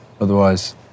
Otherwise